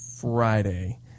friday